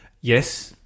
Yes